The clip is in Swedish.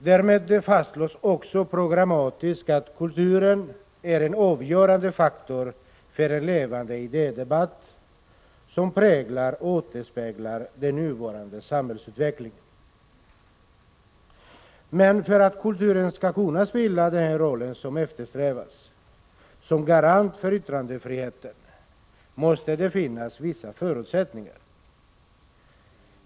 Därmed fastslås också programmatiskt att kulturen är en avgörande faktor för en levande idédebatt, som präglar och återspeglar den nuvarande samhällsutvecklingen. Men för att kulturen skall kunna spela den roll som eftersträvas, som garant för yttrandefriheten, måste det finnas vissa förutsättningar.